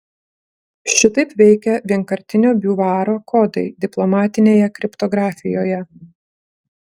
šitaip veikia vienkartinio biuvaro kodai diplomatinėje kriptografijoje